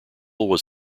was